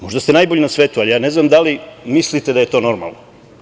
Možda ste najbolji na svetu, ali ne znam da li mislite da je to normalno.